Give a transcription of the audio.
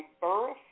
birth